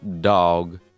dog